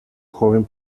joven